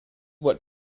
what